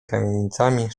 kamienicami